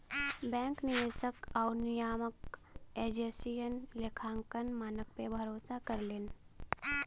bank निवेशक आउर नियामक एजेंसियन लेखांकन मानक पे भरोसा करलीन